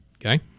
Okay